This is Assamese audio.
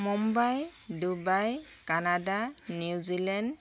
Mumbai Dubai Canada New Zealand